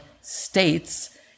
states